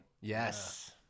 Yes